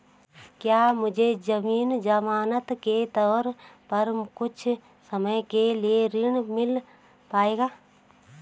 क्या मुझे ज़मीन ज़मानत के तौर पर कुछ समय के लिए ऋण मिल पाएगा?